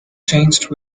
changed